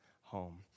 home